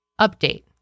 Update